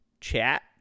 chat